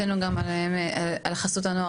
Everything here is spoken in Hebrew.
בשבוע שעבר קיימנו פה דיון על חסות הנוער.